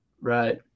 Right